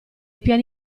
piani